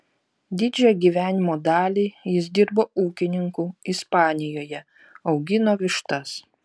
didžiąją gyvenimo dalį jis dirbo ūkininku ispanijoje augino vištas